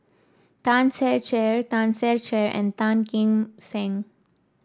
Tan Ser Cher Tan Ser Cher and Tan Kim Seng